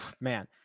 man